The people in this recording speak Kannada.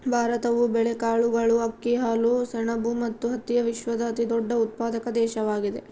ಭಾರತವು ಬೇಳೆಕಾಳುಗಳು, ಅಕ್ಕಿ, ಹಾಲು, ಸೆಣಬು ಮತ್ತು ಹತ್ತಿಯ ವಿಶ್ವದ ಅತಿದೊಡ್ಡ ಉತ್ಪಾದಕ ದೇಶವಾಗಿದೆ